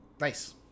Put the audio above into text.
Nice